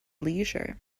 leisure